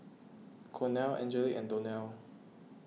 Cornel Angelic and Donell